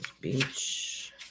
Beach